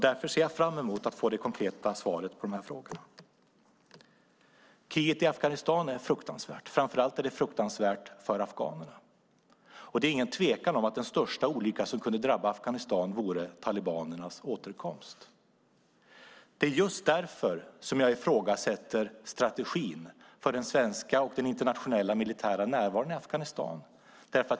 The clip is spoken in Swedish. Därför ser jag fram emot att få konkret svar på dessa frågor. Kriget i Afghanistan är fruktansvärt. Framför allt är det fruktansvärt för afghanerna. Det är ingen tvekan om att den största olycka som skulle kunna drabba Afghanistan vore talibanernas återkomst. Det är just därför jag ifrågasätter strategin för den svenska och den internationella militära närvaron i Afghanistan.